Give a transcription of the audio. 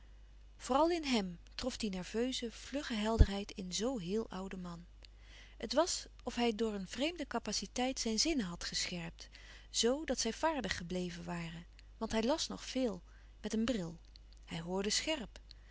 vooral in hem trof die nerveuze vlugge helderheid in zoo heel louis couperus van oude menschen de dingen die voorbij gaan ouden man het was of hij door een vreemde capaciteit zijn zinnen had gescherpt zoo dat zij vaardig gebleven waren want hij las nog veel met een bril hij hoorde scherp